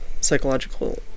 psychological